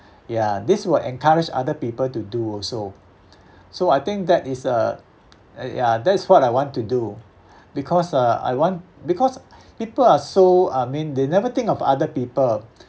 ya this will encourage other people to do also so I think that is uh uh ya that is what I want to do because uh I want because people are so I mean they never think of other people